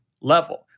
level